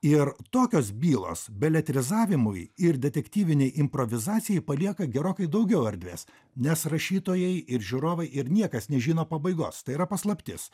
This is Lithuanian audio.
ir tokios bylos beletrizavimui ir detektyvinei improvizacijai palieka gerokai daugiau erdvės nes rašytojai ir žiūrovai ir niekas nežino pabaigos tai yra paslaptis